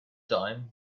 dime